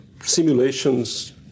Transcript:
simulations